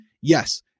Yes